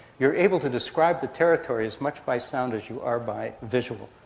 you are able to describe the territory as much by sound as you are by visual,